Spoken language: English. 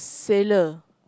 sailor